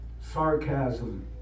sarcasm